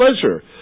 pleasure